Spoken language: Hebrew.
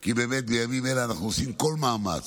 כי באמת בימים אלה אנחנו עושים כל מאמץ,